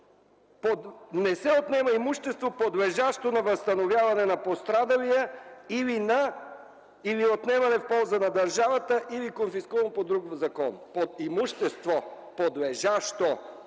„не се отнема имущество, подлежащо на възстановяване на пострадалия или отнемане в полза на държавата или конфискувано по друг закон”. Имущество, подлежащо!